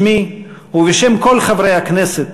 בשמי ובשם כל חברי הכנסת,